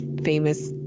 Famous